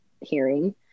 hearing